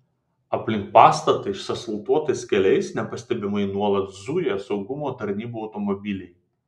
aplink pastatą išasfaltuotais keliais nepastebimai nuolat zuja saugumo tarnybų automobiliai